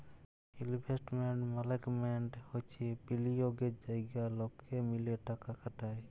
investment management হচ্যে বিলিয়গের জায়গা লকে মিলে টাকা খাটায়